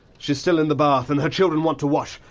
she's still in the bath and her children want to wash,